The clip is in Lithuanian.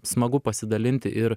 smagu pasidalint ir